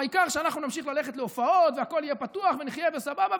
העיקר שאנחנו נמשיך ללכת להופעות והכול יהיה פתוח ונחיה בסבבה.